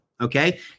Okay